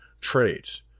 trades